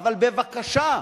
אבל בבקשה,